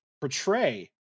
portray